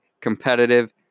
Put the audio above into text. competitive